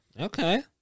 Okay